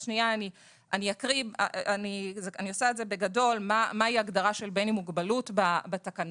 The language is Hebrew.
אז אני אקריא בגדול מהי ההגדרה של בן עם מוגבלות בתקנון.